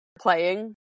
playing